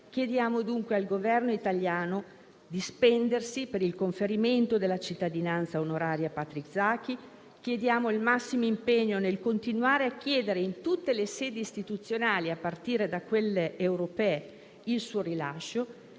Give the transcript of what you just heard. Chiediamo al Governo italiano di spendersi per il conferimento della cittadinanza onoraria a Patrick Zaki. Chiediamo il massimo impegno nel continuare a chiedere, in tutte le sedi istituzionali, a partire da quelle europee, il suo rilascio.